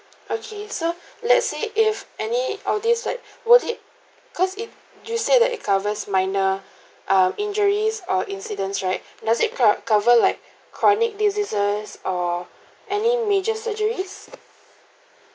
okay so let's say if any all these like will it because it you said that it covers minor uh injuries or incidents right does it co~ cover like chronic diseases or any major surgeries